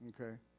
okay